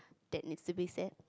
that needs to be sat